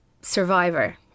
survivor